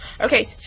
Okay